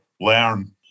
learn